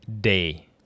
day